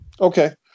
Okay